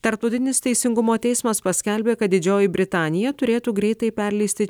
tarptautinis teisingumo teismas paskelbė kad didžioji britanija turėtų greitai perleisti